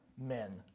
men